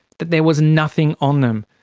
that there was nothing on them.